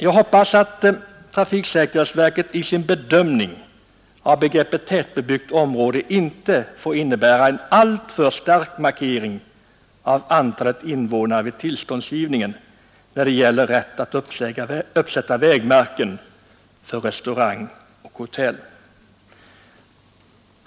Jag hoppas att trafiksäkerhetsverket i sin bedömning av begreppet tättbebyggt område inte fastnar för en alltför stark markering av antalet invånare när det gäller tillståndsgivningen för uppsättande av vägmärken för restaurang och hotell.